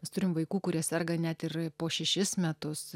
nes turime vaikų kurie serga net ir po šešis metus